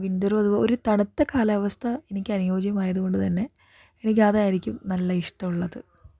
വിൻ്ററും ഒരു തണുത്ത കാലാവസ്ഥ എനിക്ക് അനുയോജ്യമായതുകൊണ്ട് തന്നെ എനിക്ക് അതായിരിക്കും നല്ല ഇഷ്ട്ടമുള്ളത്